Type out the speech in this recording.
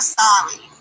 sorry